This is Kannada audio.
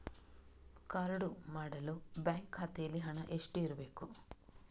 ಕಾರ್ಡು ಮಾಡಲು ಬ್ಯಾಂಕ್ ಖಾತೆಯಲ್ಲಿ ಹಣ ಎಷ್ಟು ಇರಬೇಕು?